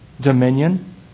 Dominion